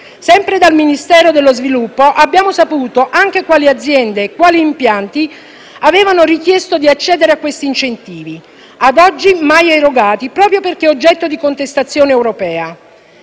Sempre dal Ministero dello sviluppo abbiamo saputo anche quali aziende e quali impianti avevano richiesto di accedere a questi incentivi, ad oggi mai erogati proprio perché oggetto di contestazione europea.